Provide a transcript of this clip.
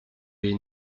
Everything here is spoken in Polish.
jej